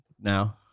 Now